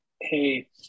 Hey